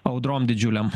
audrom didžiulėm